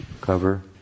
cover